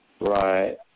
Right